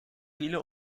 viele